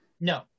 No